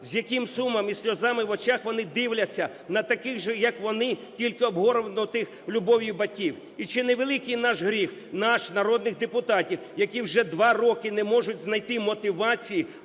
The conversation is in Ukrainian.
з яким сумом і сльозами в очах вони дивляться на таких же, як вони, тільки обгорнутих любов'ю батьків. І чи не великий наш гріх, наш, народних депутатів, які вже 2 роки не можуть знайти мотивації